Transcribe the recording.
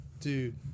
Dude